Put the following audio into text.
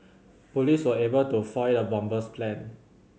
police were able to foil the bomber's plan